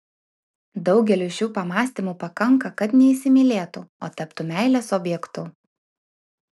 daugeliui šių pamąstymų pakanka kad neįsimylėtų o taptų meilės objektu